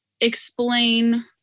explain